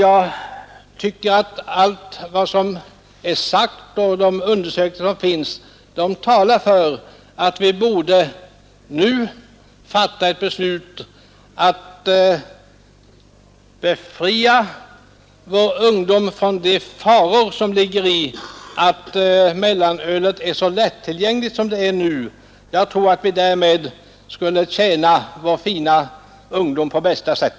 Enligt min mening borde allt som är sagt och de undersökningar som gjorts tala för att vi nu fattar ett beslut som befriar vår ungdom från de faror som ligger i att mellanölet nu är för lättillgängligt. Härmed skulle vi tjäna vår fina ungdom på bästa sätt.